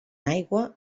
aigua